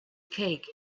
cake